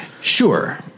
Sure